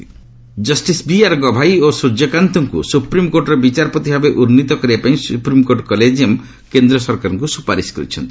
SC collegium justice BR Gavai ଓ ସୂର୍ଯ୍ୟକାନ୍ତଙ୍କୁ ସୁପ୍ରିମକୋର୍ଟର ବିଚାରପତି ଭାବେ ଉନ୍ନୀତ କରିବା ପାଇଁ ସୁପ୍ରିମକୋର୍ଟ କଲେଜିୟମ କେନ୍ଦ୍ର ସରକାରଙ୍କୁ ସୁପାରିଶ କରିଛନ୍ତି